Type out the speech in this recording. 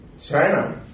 China